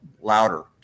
Louder